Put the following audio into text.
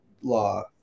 law